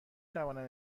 توانم